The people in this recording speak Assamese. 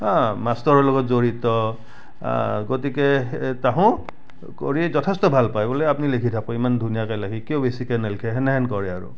আ মাষ্টৰৰ লগত জড়িত গতিকে তাহোঁ কৰি যথেষ্ট ভাল পায় বোলে আপুনি লিখি থাকিব ইমান ধুনীয়াকৈ লিখে কিয় বেছিকৈ নিলখে সেনেহেন কয় আৰু